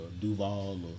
Duval